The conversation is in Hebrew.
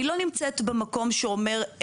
אני לא נמצאת במקום שאומר,